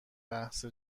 بحث